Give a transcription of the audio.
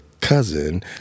cousin